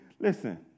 listen